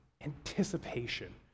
anticipation